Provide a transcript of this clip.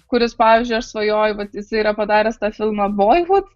kuris pavyzdžiui aš svajoju vat jis yra padaręs tą filmą boivud